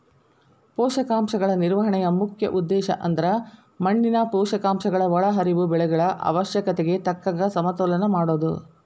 ಪೋಷಕಾಂಶಗಳ ನಿರ್ವಹಣೆಯ ಮುಖ್ಯ ಉದ್ದೇಶಅಂದ್ರ ಮಣ್ಣಿನ ಪೋಷಕಾಂಶಗಳ ಒಳಹರಿವು ಬೆಳೆಗಳ ಅವಶ್ಯಕತೆಗೆ ತಕ್ಕಂಗ ಸಮತೋಲನ ಮಾಡೋದು